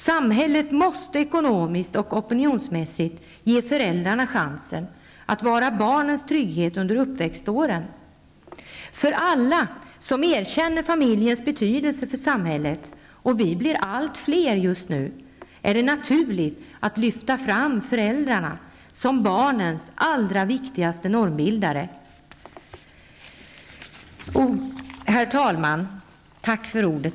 Samhället måste ekonomiskt och opinionsmässigt ge föräldrarna chansen att vara barnens trygghet under uppväxtåren. För alla som erkänner familjens betydelse för samhället -- och vi blir allt fler just nu -- är det naturligt att lyfta fram föräldrarna som barnens allra viktigaste normbildare. Herr talman, tack för ordet.